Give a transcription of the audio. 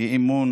אי-אמון